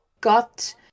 got